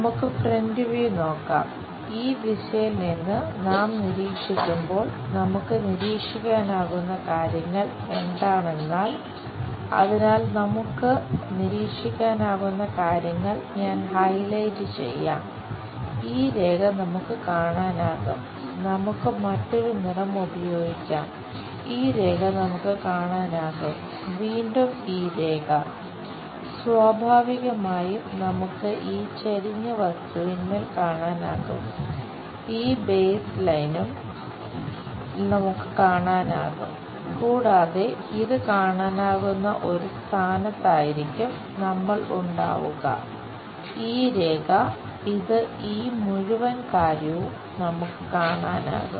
നമുക്ക് front view നമുക്ക് കാണാനാകും കൂടാതെ ഇത് കാണാനാകുന്ന ഒരു സ്ഥാനത്തായിരിക്കും നമ്മൾ ഉണ്ടാവുക ഈ രേഖ ഇത് ഈ മുഴുവൻ കാര്യവും നമുക്ക് കാണാനാകും